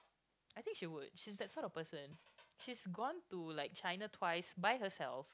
I think she would she's that sort of person she's gone to like China twice by herself